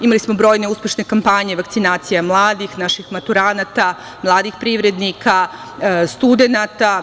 Imali smo brojne uspešne kampanje, vakcinacija mladih, naših maturanata, mladih privrednika, studenata.